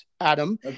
Adam